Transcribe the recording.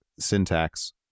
syntax